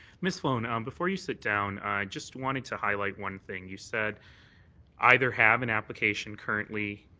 ms. sloan, um before you sit down, i just wanted to highlight one thing. you said either have an application currently